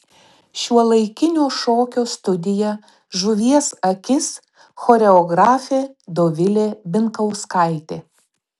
šiuolaikinio šokio studija žuvies akis choreografė dovilė binkauskaitė